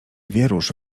wierusz